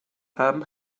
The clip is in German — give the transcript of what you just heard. haben